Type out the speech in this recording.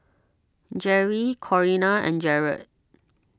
Gerri Corinna and Jarred